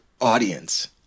audience